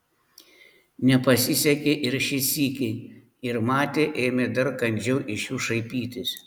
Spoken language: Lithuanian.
nepasisekė ir šį sykį ir matė ėmė dar kandžiau iš jų šaipytis